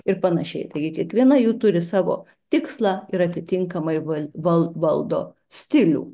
ir panašiai taigi kiekviena jų turi savo tikslą ir atitinkamai val valdo stilių